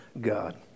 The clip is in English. God